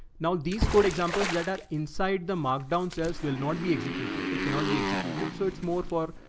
now, these code examples that are inside the markdown cells will not be executed. they cannot be executed. so it's more for,